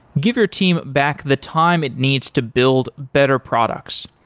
give your team back the time it needs to build better products.